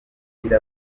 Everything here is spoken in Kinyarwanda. ugire